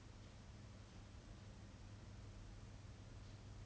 mm I mean I don't know know her lah it's just a bit hor